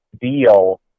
deal